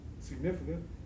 significant